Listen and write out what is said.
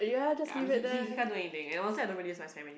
ya I mean he he can't do anything and honestly I don't use really use Instagram